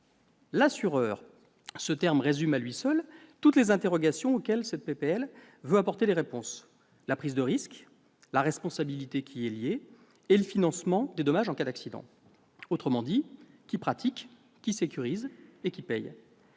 l'assureur. Ce terme résume à lui seul toutes les interrogations auxquelles cette proposition de loi veut apporter des réponses, soit la prise de risque, la responsabilité qui y est liée et le financement des dommages en cas d'accident. Autrement dit, qui pratique, qui sécurise et qui paye ?